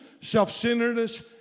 self-centeredness